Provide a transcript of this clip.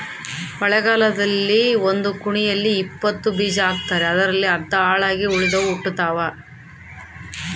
ಮಳೆಗಾಲದಲ್ಲಿ ಒಂದು ಕುಣಿಯಲ್ಲಿ ಇಪ್ಪತ್ತು ಬೀಜ ಹಾಕ್ತಾರೆ ಅದರಲ್ಲಿ ಅರ್ಧ ಹಾಳಾಗಿ ಉಳಿದವು ಹುಟ್ಟುತಾವ